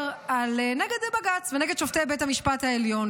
נגד בג"ץ ונגד שופטי בית המשפט העליון,